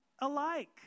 alike